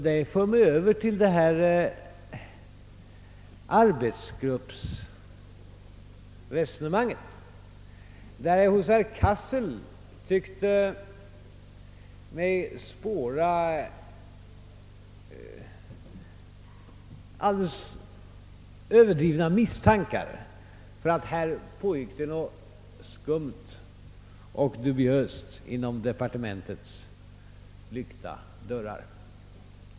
Det för mig över till arbetsgruppsresonemanget, där jag hos herr Cassel tyckte mig spåra alldeles överdrivna misstankar om att det pågick något skumt och dubiöst inom departementets lyckta dörrar.